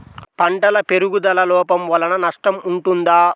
పంటల పెరుగుదల లోపం వలన నష్టము ఉంటుందా?